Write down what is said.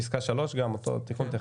פסקה 3 אותו תיקון טכני.